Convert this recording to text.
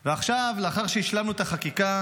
ועכשיו, לאחר שהשלמנו את החקיקה,